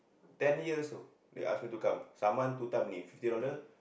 ten years you know they ask me to come summon two time only fifty dollars